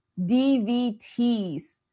DVTs